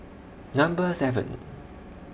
Number seven